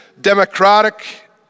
democratic